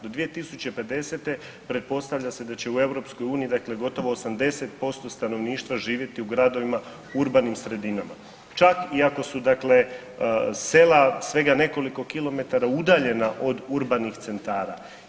Do 2050. pretpostavlja se da će u EU dakle gotovo 80% stanovništva živjeti u gradovima, urbanim sredinama čak i ako su dakle sela svega nekoliko kilometara udaljena od urbanih centara.